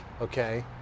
okay